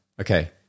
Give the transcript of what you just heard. okay